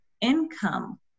income